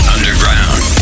Underground